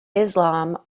islam